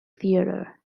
theater